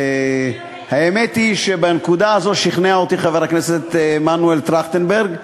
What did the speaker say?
האמת היא שבנקודה הזאת שכנע אותי חבר הכנסת מנואל טרכטנברג.